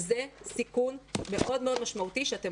וזה סיכון מאוד מאוד משמעותי שאתם